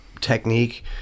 technique